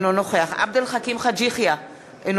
אינו נוכח עבד אל חכים חאג' יחיא,